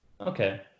Okay